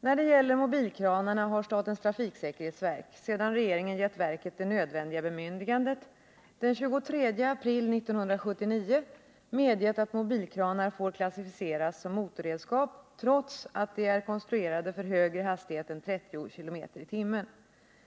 När det gäller mobilkranarna har statens trafiksäkerhetsverk — sedan regeringen gett verket det nödvändiga bemyndigandet — den 23 april 1979 medgett att mobilkranar får klassificeras som motorredskap trots att de är konstruerade för högre hastigheter än 30 km/tim.